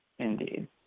Indeed